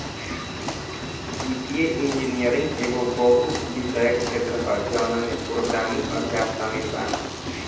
वित्तीय इंजीनियरिंग एगो बहु विषयक क्षेत्र ह जवना में प्रोग्रामिंग अभ्यास शामिल बा